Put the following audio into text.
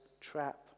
trap